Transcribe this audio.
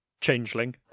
changeling